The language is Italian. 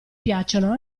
piacciono